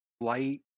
light